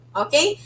okay